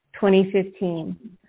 2015